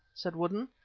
said woodden.